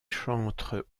chantres